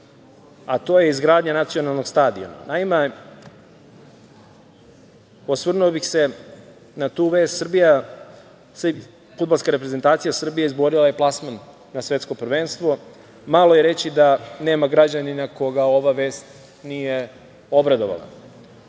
a to je izgradnja nacionalnog stadiona. Naime, osvrnuo bih se na tu vest. Fudbalska reprezentacija Srbije izborila je plasman na Svetsko prvenstvo. Malo je reći da nema građanina koga ova vest nije obradovala.